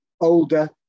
older